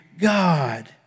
God